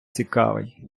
цікавий